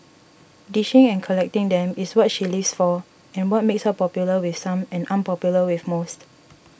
dishing and collecting them is what she lives for and what makes her popular with some and unpopular with most